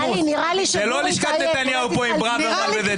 זה לא לשכת נתניהו פה עם ברוורמן וזה,